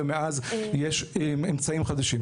ויש מאז אמצעים חדשים.